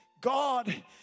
God